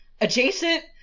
adjacent